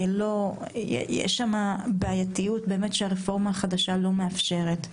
יש בעייתיות, כי הרפורמה החדשה לא מאפשרת.